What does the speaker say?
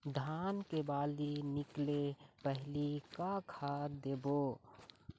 धान के बाली निकले पहली का खाद देबो?